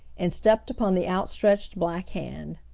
and stepped upon the outstretched black hand.